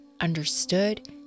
understood